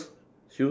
shoes